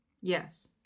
Yes